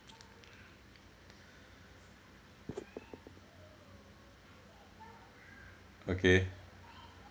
okay